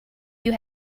you